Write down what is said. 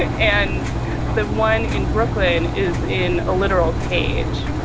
ah and the one in brooklyn is in a literal cage,